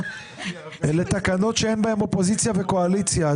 אלה תקנות שאין בהן אופוזיציה וקואליציה,